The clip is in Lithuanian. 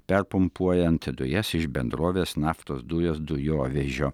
perpumpuojant dujas iš bendrovės naftos dujos dujovežio